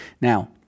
now